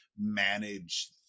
manage